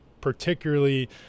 particularly